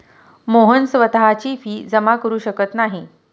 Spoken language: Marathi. मोहन स्वतःची फी जमा करु शकत नाही